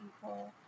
people